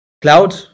cloud